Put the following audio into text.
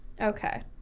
okay